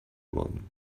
one